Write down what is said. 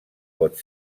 pot